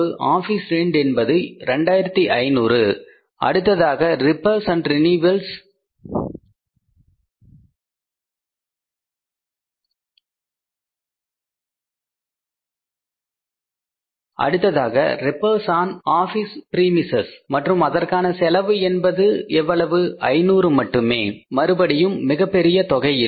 office rent என்பது 2500 அடுத்ததாக repairs on office premises மற்றும் அதற்கான செலவு எவ்வளவு 500 மட்டுமே மறுபடியும் மிகப்பெரிய தொகை இல்லை